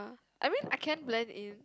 I mean I can blend in